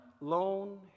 lone